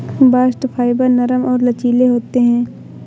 bast fibre नरम और लचीले होते हैं